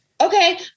Okay